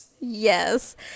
yes